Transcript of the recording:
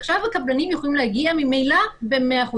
עכשיו הקבלנים יכולים להגיע ממילא ב-100%.